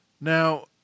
Now